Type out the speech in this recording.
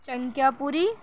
چانکیہ پوری